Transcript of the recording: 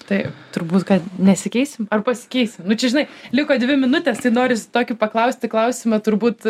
tai turbūt kad nesikeisim ar pasikeisim nu čia žinai liko dvi minutės tai norisi tokį paklausti klausimą turbūt